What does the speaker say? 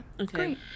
okay